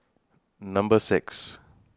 Number six